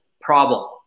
Problem